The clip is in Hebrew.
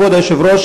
כבוד היושב-ראש,